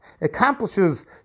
accomplishes